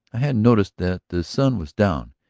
i hadn't noticed that the sun was down.